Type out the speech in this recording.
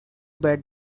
bad